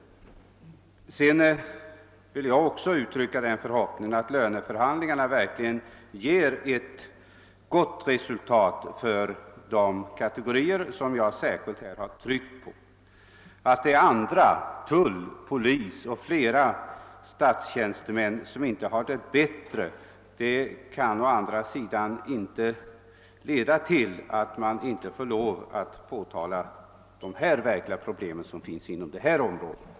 : Jag vill i likhet med statsrådet uttrycka den förhoppningen att löneförhandlingarna verkligen skall ge ett gott resultat för de kategorier, vilkas behov jag i denna debatt särskilt har understrukit. Att även andra kategorier, såsom tulloch polistjänstemän och de flesta Övriga statstjänstemän inte har det bittre ställt kan inte få leda till att man inte skulle ha rätt att påtala de verkliga problem som förekommer inom det av mig berörda området.